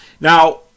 Now